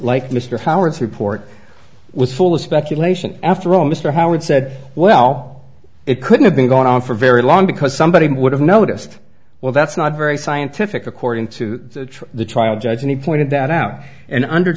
like mr howard's report was full of speculation after all mr howard said well it couldn't have been going on for very long because somebody would have noticed well that's not very scientific according to the trial judge and he pointed that out and under